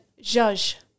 judge